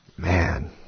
Man